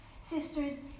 Sisters